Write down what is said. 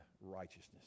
righteousness